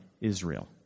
Israel